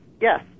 yes